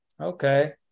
Okay